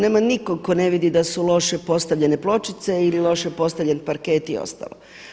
Nema nikoga tko ne vidi da su loše postavljene pločice ili loše postavljen parket i ostalo.